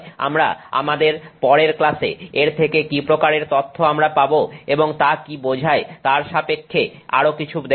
আমরা আমাদের পরের ক্লাসে এর থেকে কি প্রকারের তথ্য আমরা পাব এবং তা কী বোঝায় তার সাপেক্ষে আরও কিছু দেখব